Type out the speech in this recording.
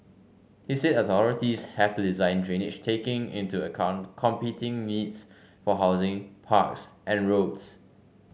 he said authorities have to design drainage taking into account competing needs for housing parks and roads